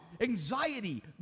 Anxiety